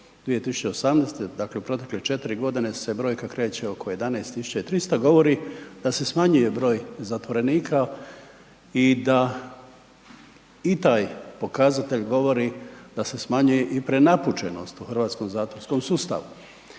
2018., dakle u protekle 4.g. se brojka kreće oko 11300, govori da se smanjuje broj zatvorenika i da i taj pokazatelj govori da se smanjuje i prenapučenost u hrvatskom zatvorskom sustavu,